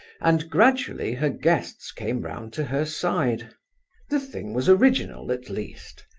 and gradually her guests came round to her side the thing was original, at least,